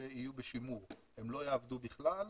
שיהיו בשימור, הן לא יעבדו בכלל,